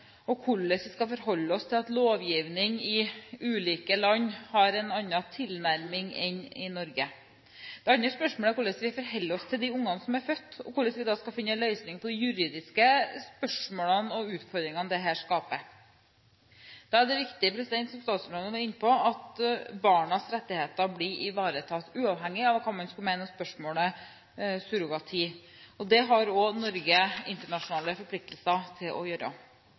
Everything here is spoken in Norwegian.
og hvordan vi skal forholde oss til at lovgivning i ulike land har en annen tilnærming enn man har i Norge. Det andre spørsmålet er hvordan vi forholder oss til de barna som er født, og hvordan man da skal finne en løsning på de juridiske spørsmålene og utfordringene dette skaper. Det er viktig, som statsråden var inne på, at barnas rettigheter blir ivaretatt, uavhengig av hva man måtte mene om spørsmålet om surrogati. Det har Norge internasjonale forpliktelser til å gjøre.